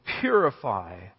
purify